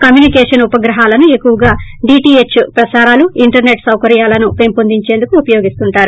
communication ఉపగ్రహాలు ఎక్కువగా DTH ప్రసారాలు ఇంటర్సెట్ సౌకర్యాలను పెంపొందించేందుకు ఉపయోగిస్తుంటారు